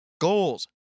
goals